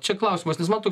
čia klausimas nes man tos